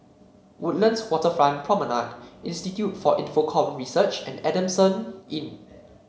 Woodlands Waterfront Promenade Institute for Infocomm Research and Adamson Inn